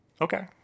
okay